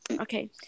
okay